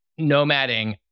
nomading